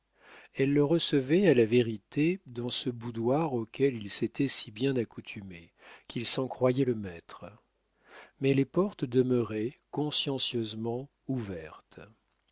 elle le recevait à la vérité dans ce boudoir auquel il s'était si bien accoutumé qu'il s'en croyait le maître mais les portes demeuraient consciencieusement ouvertes